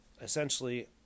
essentially